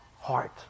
heart